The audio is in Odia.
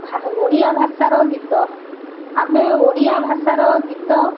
ଓଡ଼ିଆ ଭାଷାର ଗୀତ ଆମେ ଓଡ଼ିଆ ଭାଷାର ଗୀତ